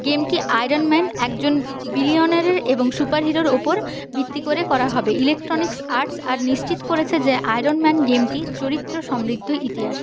গেমটি Iron Man একজন বিলিয়নিয়ারের এবং সুপারহিরোর উপর ভিত্তি করে করা হবে ইলেকট্রনিক্স আর্টস আর নিশ্চিত করেছে যে আয়রন ম্যান গেমটি চরিত্র সমৃদ্ধ ইতিহাস